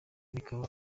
rikaba